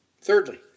Thirdly